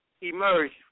emerged